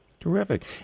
Terrific